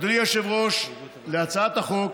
אדוני היושב-ראש, להצעת החוק